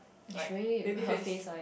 like baby face